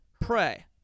pray